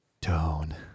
tone